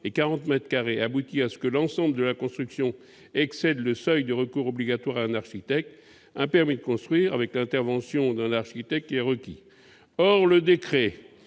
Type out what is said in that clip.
et 40 mètres carrés, aboutit à ce que l'ensemble de la construction excède le seuil de recours obligatoire à un architecte, un permis de construire avec l'intervention d'un architecte est requis. Or le décret